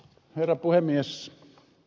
herra puhemies